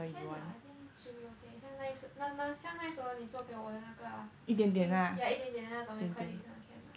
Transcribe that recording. can lah I think should be okay 现在是那那像那时候你做给我的那个 ah yeah 一点点那种 is quite can lah